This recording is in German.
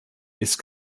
ist